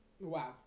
Wow